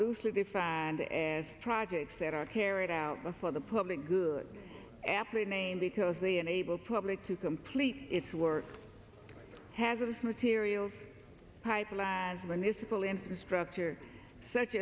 loosely defined and as projects that are carried out before the public good aptly named because they enable public to complete its work hazardous materials pipelines when this is full infrastructure such